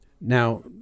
now